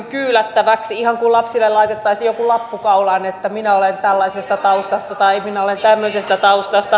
ihan kuin lapsille laitettaisiin joku lappu kaulaan että minä olen tällaisesta taustasta tai minä olen tämmöisestä taustasta